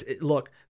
Look